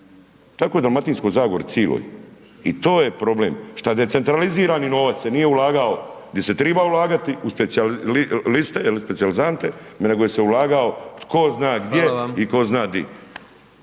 Tako je u Dalmatinskoj zagori, cijeloj i to je problem, što decentralizirani novac se nije ulagao gdje se je trebao ulagati, u specijaliste u specijalizante, nego se je ulagao, tko zna gdje i tko zna di.